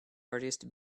artist